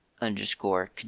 underscore